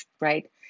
right